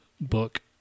book